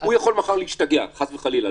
הוא יכול מחר להשתגע חס וחלילה,